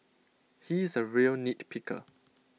he is A real nitpicker